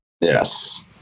yes